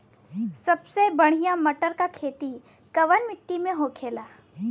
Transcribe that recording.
सबसे बढ़ियां मटर की खेती कवन मिट्टी में होखेला?